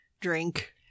drink